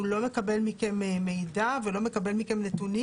הוא לא מקבל מכם מידע ולא מקבל מכם נתונים,